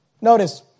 Notice